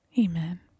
Amen